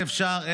איך אפשר?